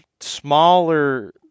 smaller